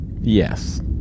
Yes